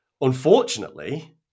unfortunately